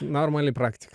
normali praktika